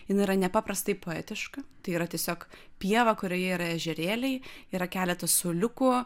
jin yra nepaprastai poetiška tai yra tiesiog pieva kurioje yra ežerėliai yra keletas suoliukų